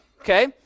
Okay